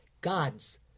God's